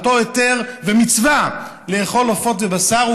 את אותו היתר ומצווה לאכול עופות ובשר,